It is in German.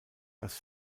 das